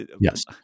Yes